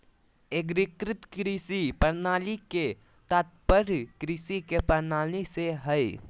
एग्रीकृत कृषि प्रणाली के तात्पर्य कृषि के प्रणाली से हइ